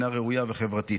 היא ראויה וחברתית.